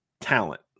talent